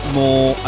more